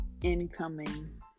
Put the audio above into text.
incoming